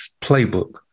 playbook